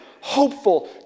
hopeful